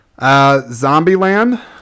Zombieland